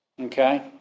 Okay